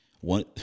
One